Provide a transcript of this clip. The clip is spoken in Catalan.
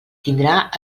tindrà